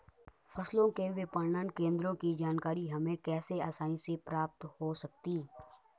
फसलों के विपणन केंद्रों की जानकारी हमें कैसे आसानी से प्राप्त हो सकती?